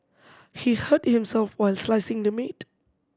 he hurt himself while slicing the meat